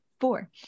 four